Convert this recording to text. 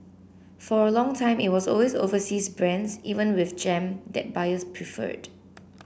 for a long time it was always overseas brands even with jam that buyers preferred